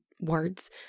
words